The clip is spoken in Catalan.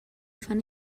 fan